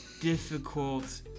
difficult